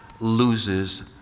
loses